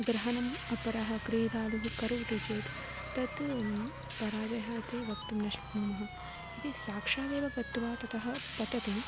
ग्रहणम् अपरः क्रीडालुः करोति चेत् तत् पराजयः इति वक्तुं न शक्नुमः यदि साक्षादेव गत्वा ततः पतति